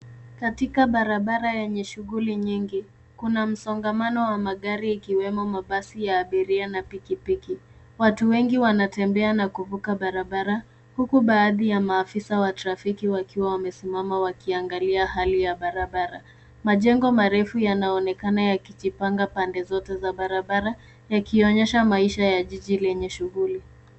Katika barabara yenye shughuli nyingi. Kuna msongamano wa magari ikiwemo mabasi ya abiria na pikipiki. Watu wengi wanatembea na kuvuka barabara huku baadhi ya maafisa wa trafiki wakiwa wamesimama wakiangalia hali ya barabara. Majengo marefu yanaonekana yakijipanga pande zote za barabara yakionyesha maisha ya jiji lenye shughuli.